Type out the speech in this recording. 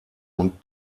und